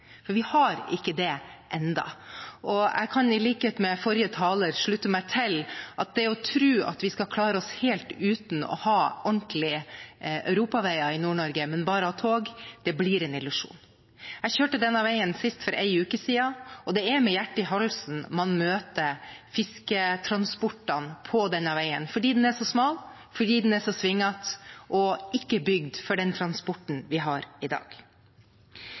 for vi har ennå ikke det. Jeg kan, i likhet med forrige taler, slutte meg til at det å tro at vi skal klare oss helt uten å ha ordentlige europaveier i Nord-Norge, men bare ha tog, blir en illusjon. Jeg kjørte denne veien senest for en uke siden. Det er med hjertet i halsen man møter fisketransportene på denne veien, fordi den er så smal, fordi den er så svingete og ikke er bygd for den transporten vi har i dag.